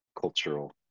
cultural